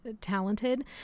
talented